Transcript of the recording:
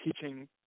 teaching